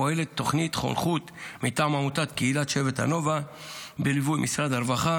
פועלת תוכנית חונכות מטעם עמותת קהילת שבט הנובה ובליווי משרד הרווחה